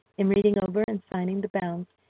in reading over and signing the bonds,